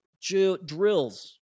drills